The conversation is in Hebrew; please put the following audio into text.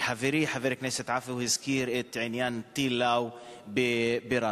וחברי חבר הכנסת עפו הזכיר את העניין של הטיל "לאו" בראמה.